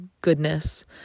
goodness